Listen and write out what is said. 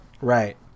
Right